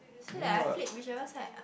so that I flip whichever side